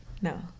No